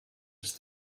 does